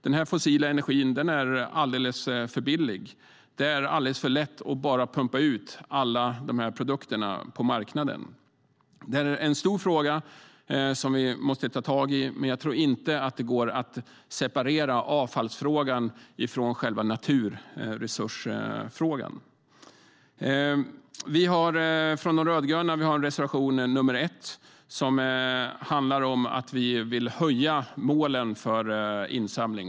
Denna fossila energi är alldeles för billig. Det är alldeles för lätt att bara pumpa ut alla dessa produkter på marknaden. Det är en stor fråga som vi måste ta tag i, men jag tror inte att det går att separera avfallsfrågan från själva naturresursfrågan. Reservation 1 från de rödgröna handlar om att vi vill höja målen för insamling.